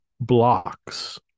blocks